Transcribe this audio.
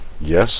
Yes